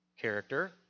character